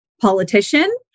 politician